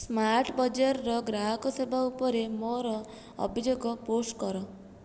smart ବଜାରର ଗ୍ରାହକ ସେବା ଉପରେ ମୋର ଅଭିଯୋଗ ପୋଷ୍ଟ କର